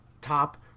top